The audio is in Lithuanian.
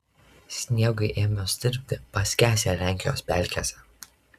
sniegui ėmus tirpti paskęs jie lenkijos pelkėse